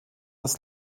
als